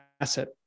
asset